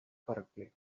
correctly